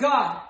God